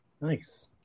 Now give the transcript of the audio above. Nice